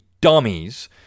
dummies